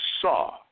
saw